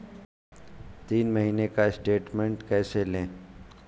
तीन महीने का स्टेटमेंट कैसे लें?